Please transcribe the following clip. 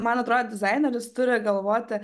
man atrodo dizaineris turi galvoti